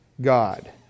God